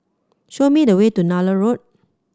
show me the way to Nallur Road